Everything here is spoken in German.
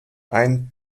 ein